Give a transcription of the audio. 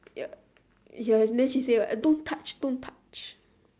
ya ya then she say what don't touch don't touch